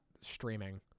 streaming